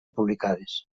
publicades